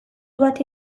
bati